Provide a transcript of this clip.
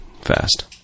fast